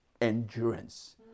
endurance